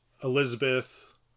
Elizabeth